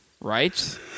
Right